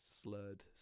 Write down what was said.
slurred